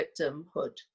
victimhood